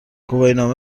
گواهینامه